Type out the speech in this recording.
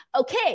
okay